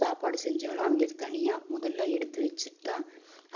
சாப்பாடு செஞ்சாலும் அவங்களுக்கு தனியாக முதல்ல எடுத்து வச்சிட்டு தான்